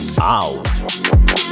Out